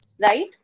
right